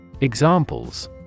Examples